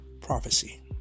prophecy